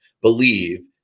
believe